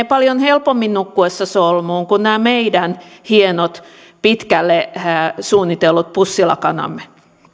paljon helpommin nukkuessa solmuun kuin nämä meidän hienot pitkälle suunnitellut pussilakanamme